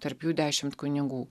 tarp jų dešimt kunigų